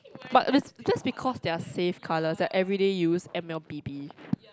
but just because they're safe colours like everyday use M L B B